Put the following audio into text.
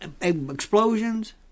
Explosions